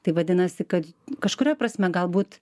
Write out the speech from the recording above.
tai vadinasi kad kažkuria prasme galbūt